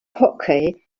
hockey